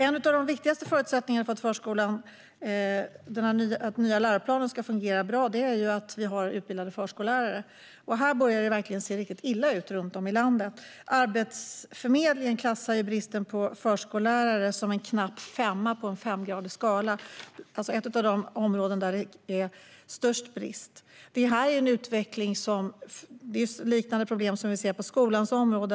En av de viktigaste förutsättningarna för att den nya läroplanen ska fungera bra är att vi har utbildade förskollärare. Här börjar det verkligen se riktigt illa ut runt om i landet. Arbetsförmedlingen klassar bristen på förskollärare som en knapp femma på en femgradig skala. Det är alltså ett av de områden där det är störst brist. Det är liknande problem som vi ser på skolans område.